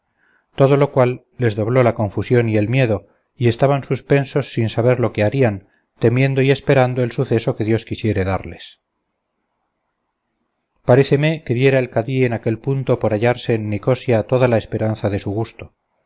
todo lo cual les dobló la confusión y el miedo y estaban suspensos sin saber lo que harían temiendo y esperando el suceso que dios quisiese darles paréceme que diera el cadí en aquel punto por hallarse en nicosia toda la esperanza de su gusto